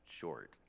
short